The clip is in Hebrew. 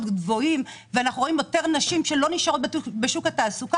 גבוהים ואנחנו רואים יותר נשים שלא נשארות בשוק התעסוקה